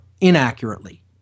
inaccurately